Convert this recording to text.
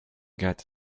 get